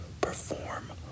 perform